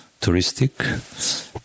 touristic